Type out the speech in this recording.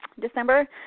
December